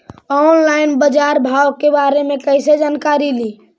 Online बाजार भाव के बारे मे कैसे जानकारी ली?